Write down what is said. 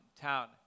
town